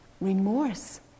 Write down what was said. Remorse